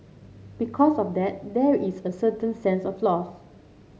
because of that there is a certain sense of loss